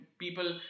people